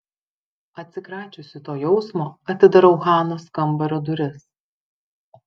atsikračiusi to jausmo atidarau hanos kambario duris